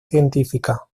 científica